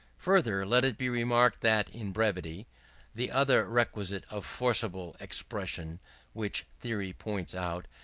further, let it be remarked that in brevity the other requisite of forcible expression which theory points out,